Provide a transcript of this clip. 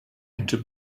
into